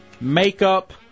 makeup